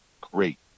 great